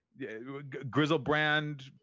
Grizzlebrand